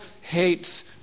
hates